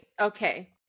okay